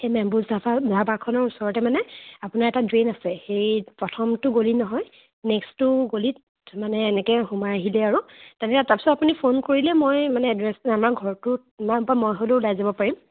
এই মেম্বুজ ধাবা ধাবাখনৰ ওচৰতে মানে আপোনাৰ এটা ড্ৰেইন আছে সেই প্ৰথমটো গলি নহয় নেক্সটো গলিত মানে এনেকৈ সোমাই আহিলে আৰু তাতে তাৰপিছত আপুনি ফোন কৰিলেই মই মানে এড্ৰেছ আমাৰ ঘৰটোৰ নাইবা মই হ'লেও ওলাই যাব পাৰিম